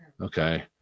okay